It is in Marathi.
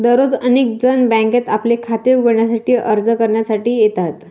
दररोज अनेक जण बँकेत आपले खाते उघडण्यासाठी अर्ज करण्यासाठी येतात